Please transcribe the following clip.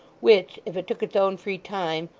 which, if it took its own free time,